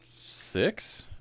six